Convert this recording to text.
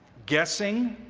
guessing,